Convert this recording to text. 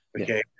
okay